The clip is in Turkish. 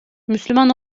müslüman